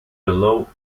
below